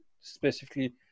specifically